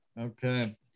Okay